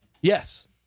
Yes